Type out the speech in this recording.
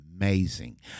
amazing